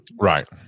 Right